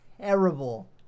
terrible